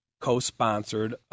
co-sponsored